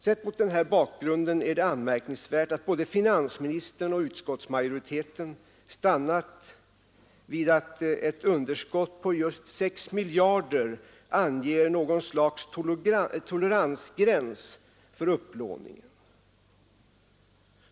Sett mot den här bakgrunden är det anmärkningsvärt att både finansministern och utskottsmajoriteten stannat vid att ett underskott på just 6 miljarder kronor anger något slags toleransgräns för upplåningen.